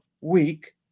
week